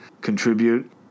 contribute